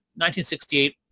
1968